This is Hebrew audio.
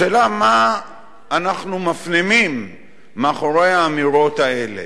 השאלה היא מה אנחנו מפנימים מאחורי האמירות האלה,